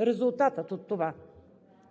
Резултатът от това: